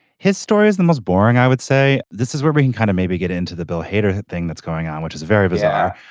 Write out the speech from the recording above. his story is the most boring i would say this is we're being kind of maybe get into the bill hader thing that's going on which is very bizarre.